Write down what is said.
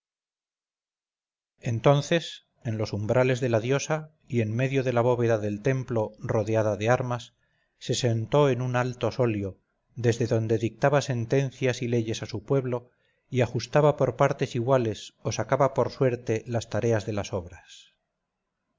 entonces en los umbrales de la diosa y en medio de la bóveda del templo rodeada de armas se sentó en un alto solio desde donde dictaba sentencias y leyes a su pueblo y ajustaba por partes iguales o sacaba por suerte las tareas de las obras